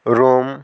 Rome